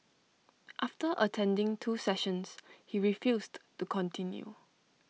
after attending two sessions he refused to continue